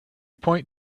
point